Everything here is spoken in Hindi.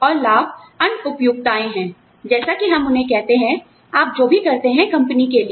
और लाभ अन्य उपयुक्तताएं हैं जैसा कि हम उन्हें कहते हैं आप जो भी करते हैं कंपनी के लिए